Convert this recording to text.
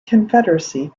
confederacy